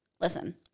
Listen